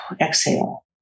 exhale